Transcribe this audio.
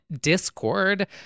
Discord